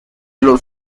los